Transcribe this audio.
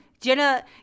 Jenna